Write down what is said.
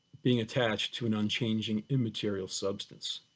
being attached to an unchanging immaterial substance.